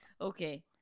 Okay